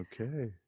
Okay